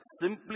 Simply